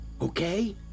Okay